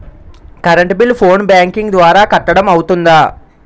Current bill phone banking ద్వారా కట్టడం అవ్తుందా?